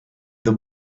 the